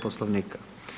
Poslovnika.